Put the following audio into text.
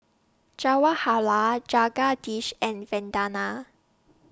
Jawaharlal Jagadish and Vandana